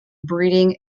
breeding